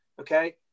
Okay